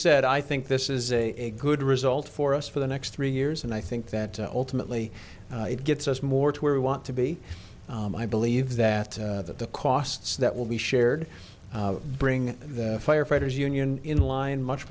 said i think this is a good result for us for the next three years and i think that ultimately it gets us more to where we want to be i believe that that the costs that will be shared bring the firefighters union in line much